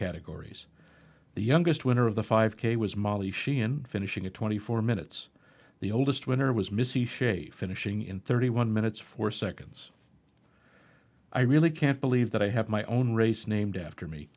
categories the youngest winner of the five k was molly sheehan finishing a twenty four minutes the oldest winner was missy shea finishing in thirty one minutes four seconds i really can't believe that i have my own race named after me